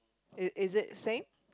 is is it same